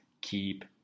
keep